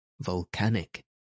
volcanic